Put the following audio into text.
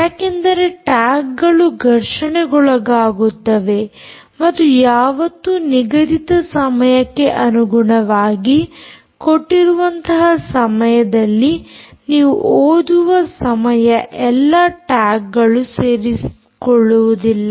ಯಾಕೆಂದರೆ ಟ್ಯಾಗ್ಗಳು ಘರ್ಷಣೆಗೊಳಗಾಗುತ್ತವೆ ಮತ್ತು ಯಾವತ್ತೂ ನಿಗದಿತ ಸಮಯಕ್ಕೆ ಅನುಗುಣವಾಗಿ ಕೊಟ್ಟಿರುವಂತಹ ಸಮಯದಲ್ಲಿ ನೀವು ಓದುವ ಸಮಯ ಎಲ್ಲ ಟ್ಯಾಗ್ಗಳು ಸೇರಿಕೊಳ್ಳುವುದಿಲ್ಲ